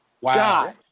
Wow